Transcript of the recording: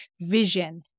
vision